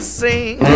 sing